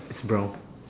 it's brown